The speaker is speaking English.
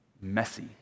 messy